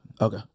Okay